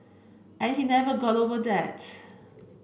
and he never got over that